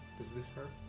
does this hurt?